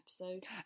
episode